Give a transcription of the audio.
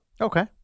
Okay